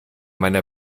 meiner